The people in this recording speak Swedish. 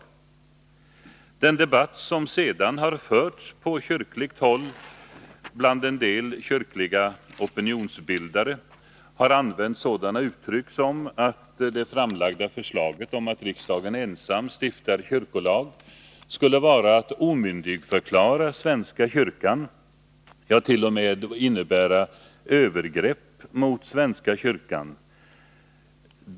I den debatt som sedan har förts på kyrkligt håll bland en del kyrkliga opinionsbildare har använts sådana uttryck som att det framlagda förslaget om att riksdagen ensam stiftar kyrkolag skulle vara att omyndigförklara svenska kyrkan — ja, t.o.m. innebära övergrepp mot svenska kyrkan.